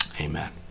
Amen